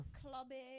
clubbing